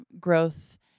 growth